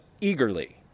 eagerly